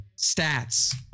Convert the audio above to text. stats